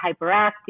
hyperactive